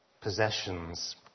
Possessions